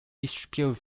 distribute